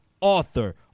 author